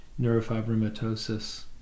neurofibromatosis